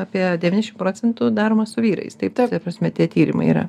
apie devyniašim procentų daroma su vyrais taip ta prasme tie tyrimai yra